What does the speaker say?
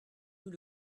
nous